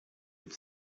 have